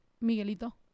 Miguelito